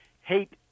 hate